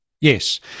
Yes